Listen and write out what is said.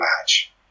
match